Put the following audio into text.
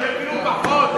הם יבינו פחות.